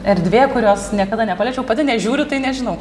erdvė kurios niekada nepaliečiau pati nežiūriu tai nežinau